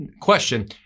Question